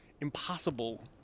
impossible